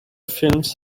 films